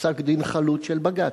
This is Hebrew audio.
פסק-דין חלוט של בג"ץ.